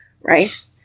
right